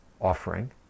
offering